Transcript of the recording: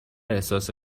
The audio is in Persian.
احساس